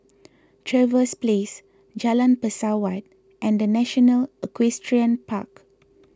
Trevose Place Jalan Pesawat and the National Equestrian Park